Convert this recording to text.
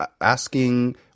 Asking